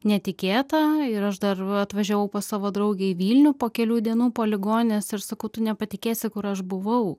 netikėta ir aš dar atvažiavau pas savo draugę į vilnių po kelių dienų po ligoninės ir sakau tu nepatikėsi kur aš buvau